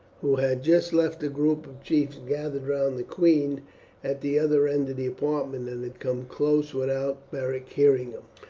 who had just left the group of chiefs gathered round the queen at the other end of the apartment, and had come close without beric hearing him.